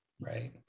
Right